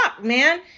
man